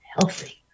healthy